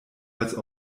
als